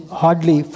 hardly